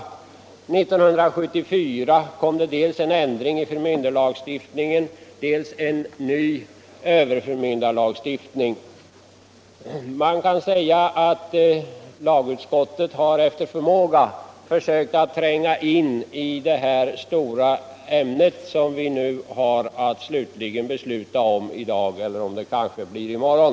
1974 tillkom dels en ändring Man kan säga att lagutskottet efter förmåga har försökt tränga in i det stora ämne som riksdagen har att besluta om i dag — eller om det kanske blir i morgon.